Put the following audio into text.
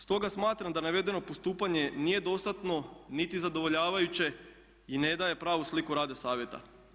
Stoga smatram da navedeno postupanje nije dostatno niti zadovoljavajuće i ne daje pravu sliku rada Savjeta.